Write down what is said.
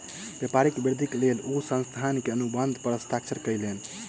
व्यापारक वृद्धिक लेल ओ संस्थान सॅ अनुबंध पर हस्ताक्षर कयलैन